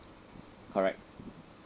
correct